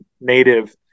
native